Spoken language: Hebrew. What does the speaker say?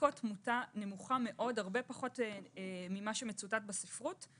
תמותה נמוכה מאוד, הרבה פחות ממה שמצוטט בספרות.